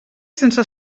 sense